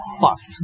fast